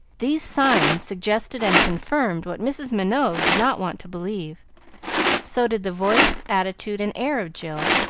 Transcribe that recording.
these signs suggested and confirmed what mrs. minot did not want to believe so did the voice, attitude, and air of jill,